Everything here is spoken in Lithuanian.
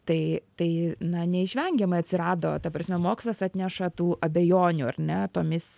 tai tai na neišvengiamai atsirado ta prasme mokslas atneša tų abejonių ar ne tomis